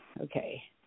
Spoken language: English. Okay